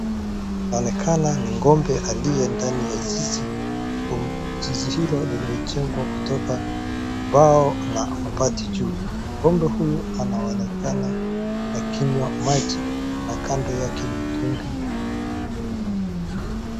Inaonekana ni ng'ombe aliye ndani ya zizi. Zizi hilo lililojengwa kutoka mbao na mabati juu. Ng'ombe huyu anaonekana anakinywa maji na kando yake mitungi miwili.